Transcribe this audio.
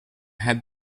had